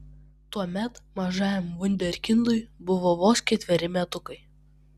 tuomet mažajam vunderkindui buvo vos ketveri metukai